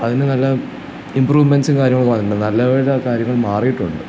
അതിന് നല്ല ഇമ്പ്രൂവ്മെൻസും കാര്യങ്ങളൊക്കെ വന്നിട്ടുണ്ട് നല്ലപോലെ ആ കാര്യങ്ങൾ മാറിയിട്ടുണ്ട്